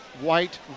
white